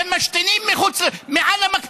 אתם משתינים מהמקפצה.